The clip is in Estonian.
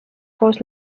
koos